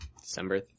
December